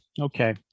okay